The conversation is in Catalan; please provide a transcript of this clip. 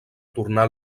tornar